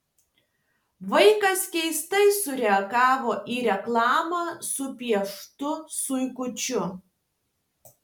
vaikas keistai sureagavo į reklamą su pieštu zuikučiu